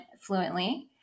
fluently